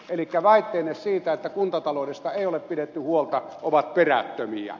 eli väitteenne siitä että kuntataloudesta ei ole pidetty huolta ovat perättömiä